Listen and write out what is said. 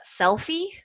selfie